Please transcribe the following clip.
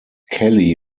kelly